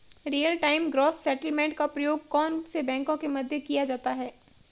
Real time gross settlement का प्रयोग कौन से बैंकों के मध्य किया जाता है?